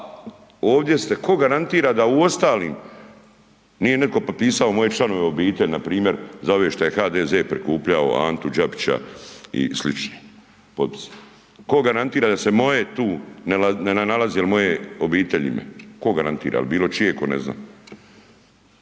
ovdje ste, tko garantira da u ostalim nije netko potpisao moje članove obitelji, npr. za ove što je HDZ prikupljao Antu Đapića i slični potpisi? Tko garantira da se moje tu ne nalazi ili moje obitelji ime, tko garantira? Ili bilo čije tko ne zna?